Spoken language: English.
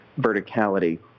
verticality